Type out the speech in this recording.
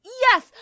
Yes